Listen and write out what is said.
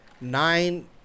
nine